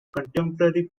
contemporary